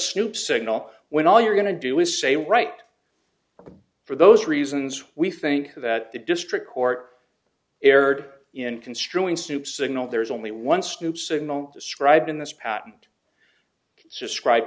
snoop signal when all you're going to do is say right for those reasons we think that the district court erred in construing soup signal there is only one stoops signal described in this patent subscribe